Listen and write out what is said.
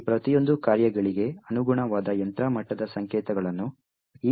ಈ ಪ್ರತಿಯೊಂದು ಕಾರ್ಯಗಳಿಗೆ ಅನುಗುಣವಾದ ಯಂತ್ರ ಮಟ್ಟದ ಸಂಕೇತಗಳನ್ನು ಈ ಸಂಖ್ಯೆಗಳು ಪ್ರತಿನಿಧಿಸುತ್ತವೆ